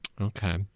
Okay